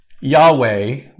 Yahweh